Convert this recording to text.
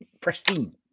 Pristine